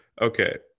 okay